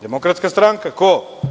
Demokratska stranka, ko?